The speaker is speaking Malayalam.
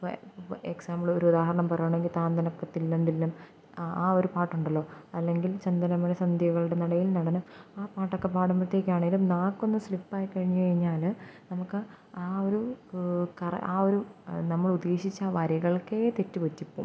ഇപ്പോള് ഇപ്പോള് എക്സാംബിള് ഒരു ഉദാഹരണം പറയുവാണെങ്കിൽ താം തണക്ക തില്ലം തില്ലം ആ ആ ഒരു പാട്ടുണ്ടല്ലോ അല്ലെങ്കിൽ ചന്ദനമഴ സന്ധ്യകളുടെ നടയിൽ നടനം ആ പാട്ടൊക്കെ പാടുമ്പോഴത്തേക്കാണേലും നാക്കൊന്ന് സ്ലിപ്പായിക്കഴിഞ്ഞുകഴിഞ്ഞാല് നമുക്ക് ആ ഒരു ആ ഒരു നമ്മള് ഉദ്ദേശിച്ച വരികൾക്കേ തെറ്റുപറ്റിപ്പോകും